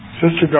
Sister